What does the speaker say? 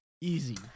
easy